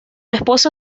esposa